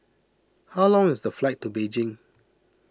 how long is the flight to Beijing